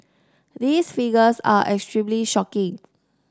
these figures are extremely shocking